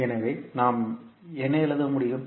எனவே நாம் என்ன எழுத முடியும்